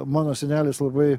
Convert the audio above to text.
mano senelis labai